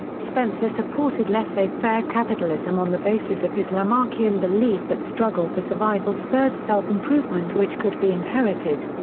spencer supported laissez-faire capitalism on the basis of his lamarckian belief that struggle for survival spurred self-improvement which could be inherited.